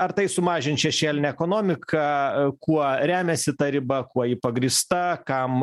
ar tai sumažins šešėlinę ekonomiką kuo remiasi ta riba kuo pagrįsta kam